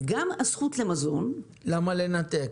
למה לנתק?